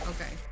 Okay